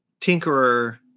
Tinkerer